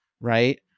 right